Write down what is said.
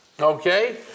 Okay